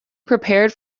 prepared